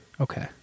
okay